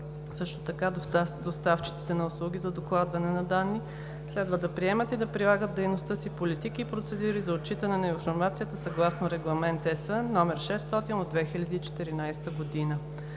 Също така доставчиците на услуги за докладване на данни следва да приемат и да прилагат в дейността си политики и процедури за отчитане на информацията съгласно Регламент ЕС № 600/2014.